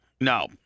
No